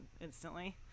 instantly